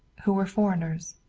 who were foreigners.